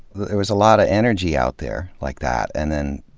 there was a lot of energy out there like that. and then,